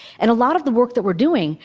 and a lot of the work that we're doing,